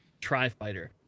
Tri-Fighter